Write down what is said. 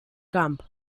camp